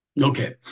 Okay